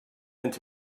into